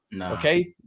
Okay